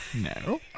No